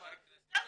זה הכל.